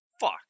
Fuck